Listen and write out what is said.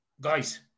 guys